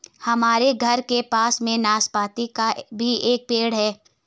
हमारे घर के पास में नाशपती का भी एक पेड़ है